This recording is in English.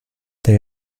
they